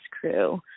crew